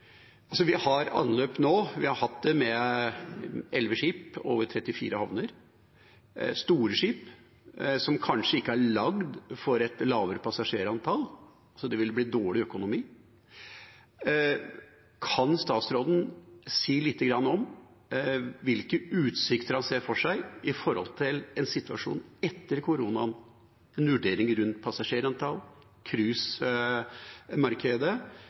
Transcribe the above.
med elleve skip over 34 havner, store skip, som kanskje ikke er laget for et lavere passasjerantall, så det vil bli dårlig økonomi. Kan statsråden si lite grann om hvilke utsikter han ser for seg for situasjonen etter koronaen, en vurdering rundt passasjerantall, cruisemarkedet og Hurtigrutens eller Havila Kystrutens plass i